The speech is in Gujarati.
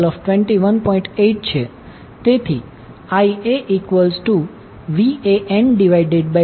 8છે